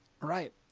Right